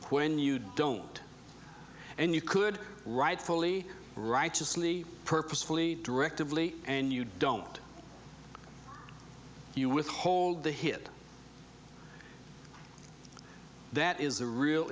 when you don't and you could rightfully righteously purposefully directive lee and you don't you withhold the hit that is a real